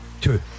Two